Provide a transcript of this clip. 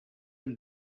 and